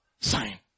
sign